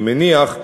אני מניח,